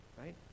Right